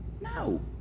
No